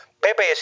Pepe